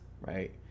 right